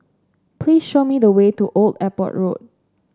please show me the way to Old Airport Road